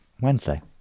Wednesday